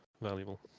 valuable